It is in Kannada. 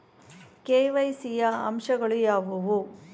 ಕೆ.ವೈ.ಸಿ ಯ ಅಂಶಗಳು ಯಾವುವು?